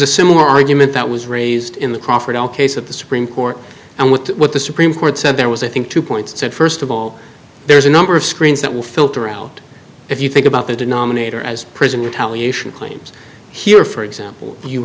a similar argument that was raised in the crawford own case of the supreme court and with what the supreme court said there was i think two points said first of all there's a number of screens that will filter out if you think about the denominator as prisoner tally issue claims here for example you